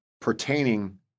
pertaining